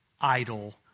idol